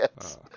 Yes